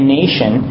nation